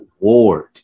award